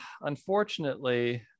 unfortunately